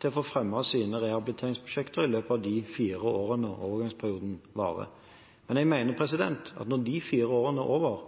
til å få fremmet sine rehabiliteringsprosjekter i løpet av de fire årene overgangsperioden varer. Jeg mener at når de fire årene er over,